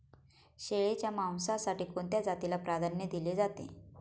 शेळीच्या मांसासाठी कोणत्या जातीला प्राधान्य दिले जाते?